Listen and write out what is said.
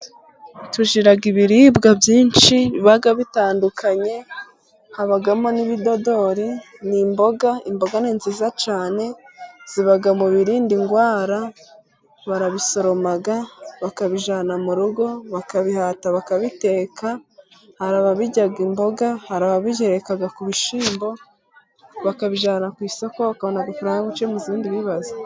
Tujyira ibiribwa byinshi biba bitandukanye habamo n'ibidodoki ni imboga, imboga nziza cyane, ziba mu birinda indwara, barabisoroma bakabijyana mu rugo bakabihata bakabiteka, hari ababirya imboga, hari abigerereka ku bishyimbo, bakabijyana ku isoko ukanabona amafaranga yo gucyemuza ibindi bibazo.